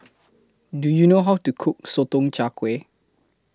Do YOU know How to Cook Sotong Char Kway